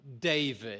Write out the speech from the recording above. David